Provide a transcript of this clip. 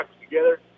together